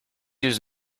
use